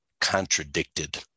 contradicted